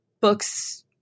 books